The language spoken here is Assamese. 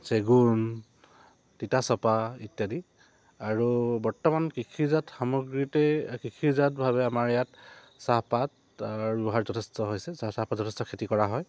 চেগুন তিতাচপা ইত্যাদি আৰু বৰ্তমান কৃষিজাত সামগ্ৰীতেই কৃষিজাতভাৱে আমাৰ ইয়াত চাহপাত ব্যৱহাৰ যথেষ্ট হৈছে চাহ চাহপাত যথেষ্ট খেতি কৰা হয়